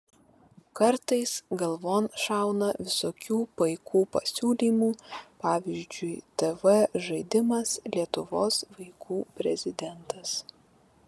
kartais galvon šauna visokių paikų pasiūlymų pavyzdžiui tv žaidimas lietuvos vaikų prezidentas